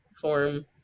form